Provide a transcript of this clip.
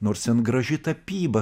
nors graži tapyba